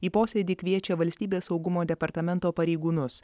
į posėdį kviečia valstybės saugumo departamento pareigūnus